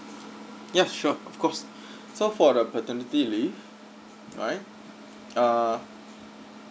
ya sure of course so for the paternity leave right err